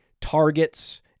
targets